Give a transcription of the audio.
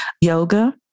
yoga